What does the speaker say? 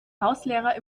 hauslehrer